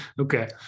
okay